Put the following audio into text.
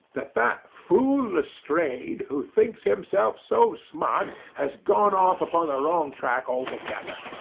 that that fool lestrade, who thinks himself so smart, has gone off upon the wrong track altogether.